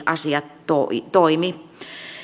asiat toimi toimi